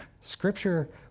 Scripture